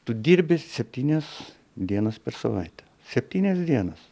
tu dirbi septynias dienas per savaitę septynias dienas